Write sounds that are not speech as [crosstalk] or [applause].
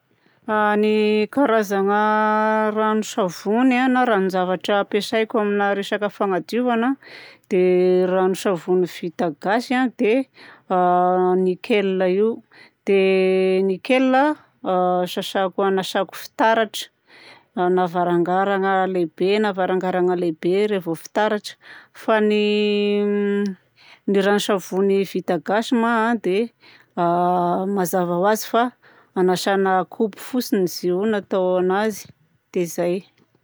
Ny karazagna ranon-tsavony a na ranon-javatra ampiasaiko amina resaka fagnadiovana dia ranon-tsavony vita gasy a, dia [hesitation] nickel io. Dia nickel a sasako, agnasako fitaratra na varangarana lehibe na varangarana lehibe revô fitaratra. Fa ny [hesitation] ranon-tsavony vita gasy ma dia [hesitation] mazava ho azy fa anasagna kopy fotsiny izy io no atao anazy. Dia zay!